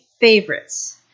favorites